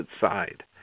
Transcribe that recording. side